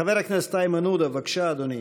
חבר הכנסת איימן עודה, בבקשה, אדוני.